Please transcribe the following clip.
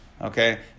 Okay